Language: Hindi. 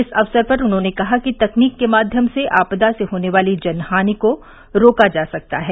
इस अवसर पर उन्होंने कहा कि तकनीक के माध्यम से आपदा से होने वाली जनहानि को रोका जा सकता है